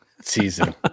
season